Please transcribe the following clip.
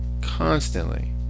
constantly